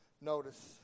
Notice